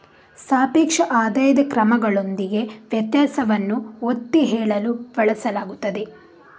ಸಾಪೇಕ್ಷ ಆದಾಯದ ಕ್ರಮಗಳೊಂದಿಗೆ ವ್ಯತ್ಯಾಸವನ್ನು ಒತ್ತಿ ಹೇಳಲು ಬಳಸಲಾಗುತ್ತದೆ